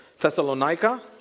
Thessalonica